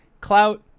Clout